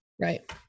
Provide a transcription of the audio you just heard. Right